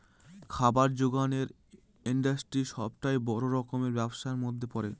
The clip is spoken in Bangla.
খাবার জোগানের ইন্ডাস্ট্রি সবটাই বড় রকমের ব্যবসার মধ্যে পড়ে